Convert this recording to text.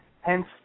Hence